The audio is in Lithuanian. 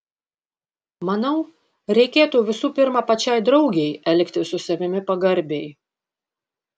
manau reikėtų visų pirma pačiai draugei elgtis su savimi pagarbiai